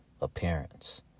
appearance